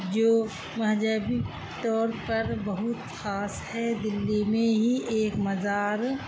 جو مذہبی طور پر بہت خاص ہے دلّی میں ہی ایک مزار